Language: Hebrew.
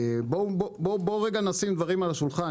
בואו רגע נשים דברים על השולחן,